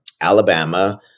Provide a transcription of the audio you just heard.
Alabama